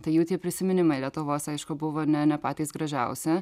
tai jų tie prisiminimai lietuvos aišku buvo ne ne patys gražiausi